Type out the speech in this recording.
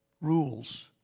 rules